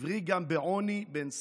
עברי גם בעוני בן שר,